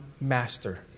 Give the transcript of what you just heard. master